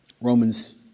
Romans